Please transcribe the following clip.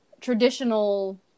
traditional